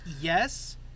Yes